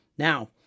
Now